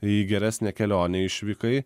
į geresnę kelionę išvykai